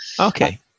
Okay